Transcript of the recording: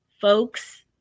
folks